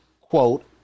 quote